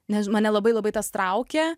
než mane labai labai tas traukė